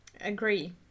Agree